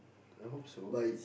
I hope so